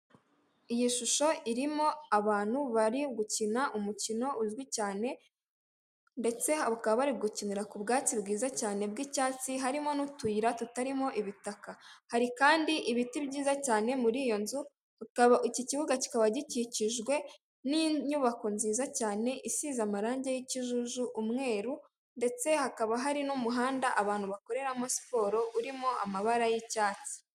Iyi shusho irimo abantu bari gukina umukino uzwi cyane ndetse bakaba bari gukinira ku bwatsi bwiza cyane bw'icyatsi harimo n'utuyira tutarimo ibitaka hari kandi ibiti byiza cyane muri iyo nzu , iki kibuga kikaba gikikijwe n'inyubako nziza cyane isize amarangi y'ikijuju umweru ndetse hakaba hari n'umuhanda abantu bakoreramo siporo urimo amabara y'icyatsi .